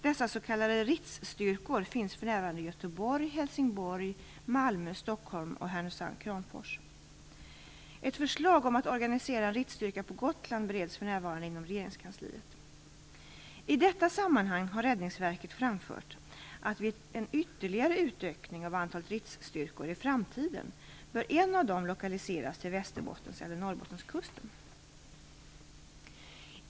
Dessa s.k. RITS-styrkor finns för närvarande i Göteborg, RITS-styrka på Gotland bereds för närvarande inom regeringskansliet. I detta sammanhang har Räddningsverket framfört att vid ytterligare utökning av antalet RITS-styrkor i framtiden bör en av dem lokaliseras till Västerbottens eller Norrbottenskusten.